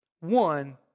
One